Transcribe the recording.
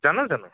জানো জানো